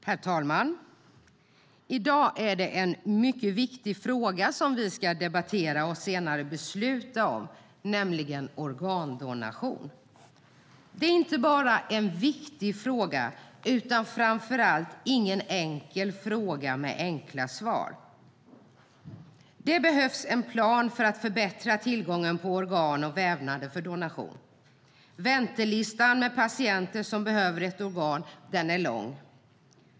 Herr talman! I dag är det en mycket viktig fråga som vi ska debattera och senare besluta om, nämligen organdonation. Det är inte bara en viktig fråga, utan framför allt är det en fråga som inte är enkel och som saknar enkla svar. Det behövs en plan för att förbättra tillgången på organ och vävnader för donation. Väntelistan med patienter som behöver ett organ är lång.